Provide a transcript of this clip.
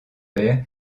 père